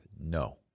No